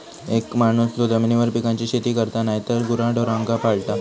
एक माणूस जो जमिनीवर पिकांची शेती करता नायतर गुराढोरांका पाळता